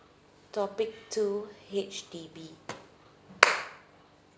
topic two H_D_B